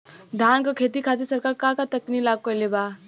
धान क खेती खातिर सरकार का का तकनीक लागू कईले बा?